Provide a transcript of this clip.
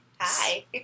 Hi